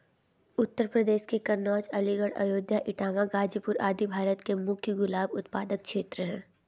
उत्तर प्रदेश के कन्नोज, अलीगढ़, अयोध्या, इटावा, गाजीपुर आदि भारत के मुख्य गुलाब उत्पादक क्षेत्र हैं